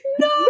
no